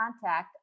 contact